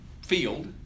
field